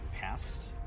past